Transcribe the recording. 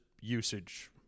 usage